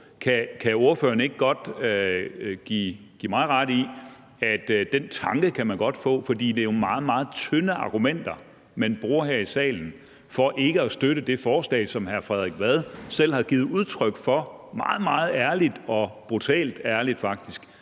Kan ordføreren ikke godt give mig ret i, at den tanke kan man godt få? For det er jo nogle meget, meget tynde argumenter, man bruger her i salen, for ikke at støtte det forslag, som hr. Frederik Vad selv har givet udtryk for – meget, meget ærligt, faktisk brutalt ærligt